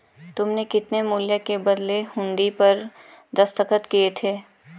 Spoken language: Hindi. तुमने कितने मूल्य के बदले हुंडी पर दस्तखत किए थे?